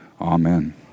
Amen